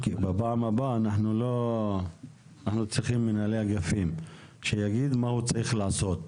בפעם הבאה אנחנו צריכים מנהלי אגפים שיגיד מה הוא צריך לעשות.